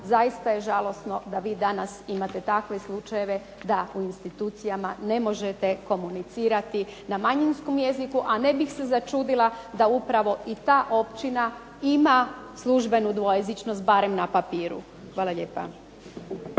zaista je žalosno da vi danas imate takve slučajeve da u institucijama ne možete komunicirati na manjinskom jeziku, a ne bih začudila da upravo i ta općina ima službenu dvojezičnost, barem na papiru. Hvala lijepa.